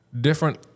different